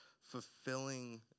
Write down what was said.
fulfilling